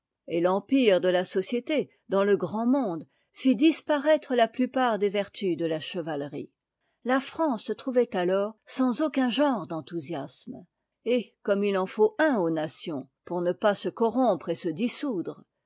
et l'empire de la société dans le grand monde fit disparaître a plupart des vertus de la chevalerie la france se trouvait àtors sans aucun genre d'enthousiasme et comme il en faut un aux nations pour ne pas se corrompre et se dissoudre